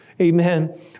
amen